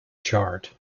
chart